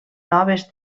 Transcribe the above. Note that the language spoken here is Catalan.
noves